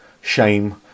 shame